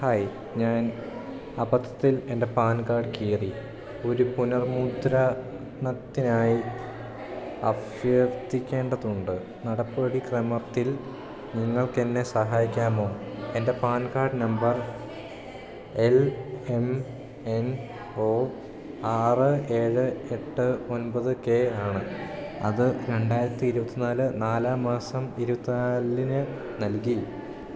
hi ഞാൻ അബദ്ധത്തിൽ എൻ്റെ പാൻ കാഡ് കീറി ഒരു പുനർമുദ്രണത്തിനായി അഭ്യർത്ഥിക്കേണ്ടതുണ്ട് നടപടിക്രമത്തിൽ നിങ്ങൾക്കെന്നെ സഹായിക്കാമോ എൻ്റെ PAN card number L M N O ആറ് ഏഴ് എട്ട് ഒൻപത് കെ ആണ് അത് രണ്ടായിരത്തി ഇരുപത്തിനാല് നാലാം മാസം ഇരുപത്തിനാലിന് നൽകി